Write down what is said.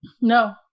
no